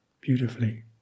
beautifully